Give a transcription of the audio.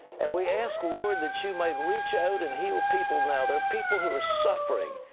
and we ask, lord, that you might reach out and heal people now. there are people who are suffering.